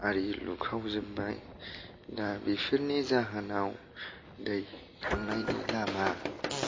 आरि लुखाव जोबनाय दा बेफोरनि जाहोनाव दै थांनायनि लामा